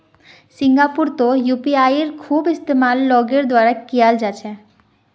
सिंगापुरतो यूपीआईयेर खूब इस्तेमाल लोगेर द्वारा कियाल जा छे